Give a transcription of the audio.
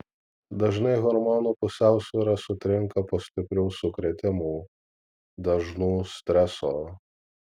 dažnai hormonų pusiausvyra sutrinka po stiprių sukrėtimų dažnų streso